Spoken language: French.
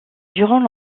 durant